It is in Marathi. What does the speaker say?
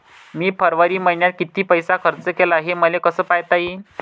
मी फरवरी मईन्यात कितीक पैसा खर्च केला, हे मले कसे पायता येईल?